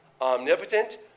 omnipotent